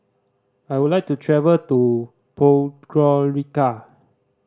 I would like to travel to Podgorica